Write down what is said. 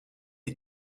est